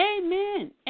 Amen